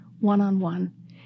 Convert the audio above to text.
one-on-one